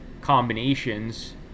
combinations